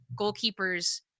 goalkeepers